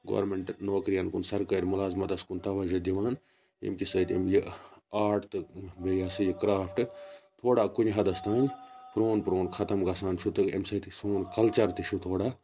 garment نوکرِیَن کُن سَرکٲر مُلازمَتَس کُن تَوَجہَ دِوان یمہ کہِ سۭتۍ یہِ آرٹ تہٕ بیٚیہِ یہِ ہَسا یہِ کرافٹ تھوڑا کُنہِ حَدَس تانۍ پرون پرون ختٕم گَژھان چھُ تہٕ امہ سۭتۍ یہِ تھوڑا کَلچَر تہِ چھُ تھوڑا